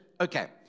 Okay